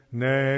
ne